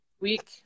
week